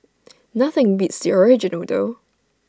nothing beats the original noodle